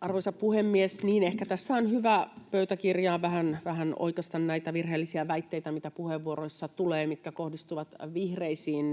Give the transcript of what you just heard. Arvoisa puhemies! Niin, ehkä tässä on hyvä pöytäkirjaan vähän oikaista näitä virheellisiä väitteitä, mitä puheenvuoroissa tulee kohdistuen vihreisiin.